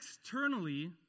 externally